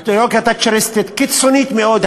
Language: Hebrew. אידיאולוגיה תאצ'ריסטית קיצונית מאוד,